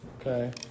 Okay